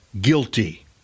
guilty